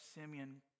Simeon